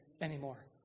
anymore